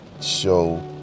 show